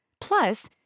Plus